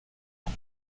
ans